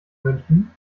münchen